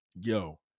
Yo